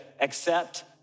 accept